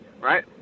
right